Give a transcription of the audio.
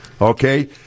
okay